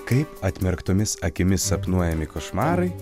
kaip atmerktomis akimis sapnuojami košmarai